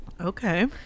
Okay